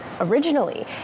originally